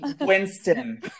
Winston